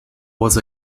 was